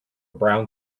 brown